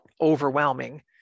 overwhelming